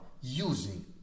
using